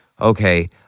okay